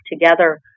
together